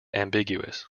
ambiguous